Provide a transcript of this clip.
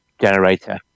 generator